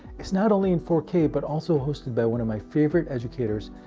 it's not only in four k, but also hosted by one of my favorite educators,